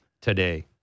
today